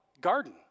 garden